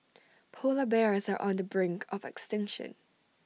Polar Bears are on the brink of extinction